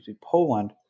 Poland